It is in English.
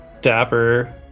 Dapper